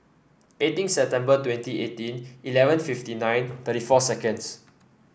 eighteen September twenty eighteen eleven fifty nine thirty four seconds